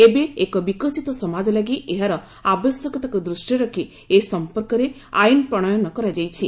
ଏବେ ଏକ ବିକଶିତ ସମାଜ ଲାଗି ଏହାର ଆବଶ୍ୟକତାକୁ ଦୃଷ୍ଟିରେ ରଖି ଏ ସମ୍ପର୍କରେ ଆଇନ ପ୍ରଣୟନ କରାଯାଇଛି